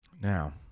Now